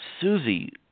Susie